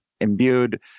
imbued